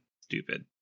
stupid